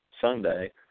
Sunday